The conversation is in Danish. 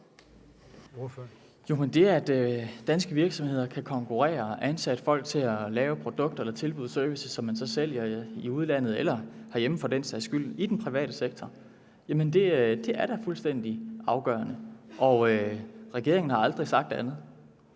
(S): Jo, men det, at danske virksomheder kan konkurrere og ansætte folk til at lave produkter eller tilbyde servicer, som man så sælger i udlandet eller herhjemme for den sags skyld, i den private sektor, er da fuldstændig afgørende, og regeringen har aldrig sagt andet.